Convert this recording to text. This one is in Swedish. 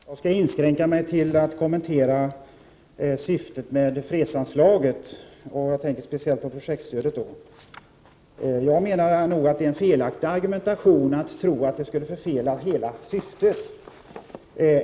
Fru talman! Jag skall inskränka mig till att kommentera syftet med fredsanslaget, speciellt projektstödet. Jag menar att det är en felaktig argumentation att en annan inriktning skulle förfela hela syftet.